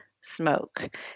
smoke